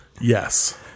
Yes